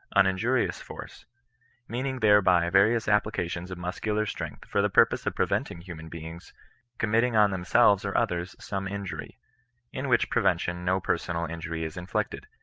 uninjurious force meaning thereby various applications of muscular strength for the purpose of preventing human beings committing on themselves or others some injury in which prevention no personal injury is inflicted,